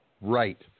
Right